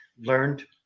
learned